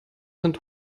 sind